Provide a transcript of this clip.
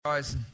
Guys